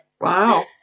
Wow